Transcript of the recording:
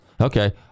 Okay